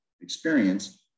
experience